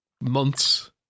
months